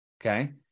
okay